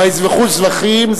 ויזבחו זבחים,